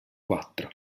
quattro